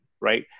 right